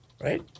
right